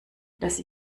dass